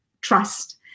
trust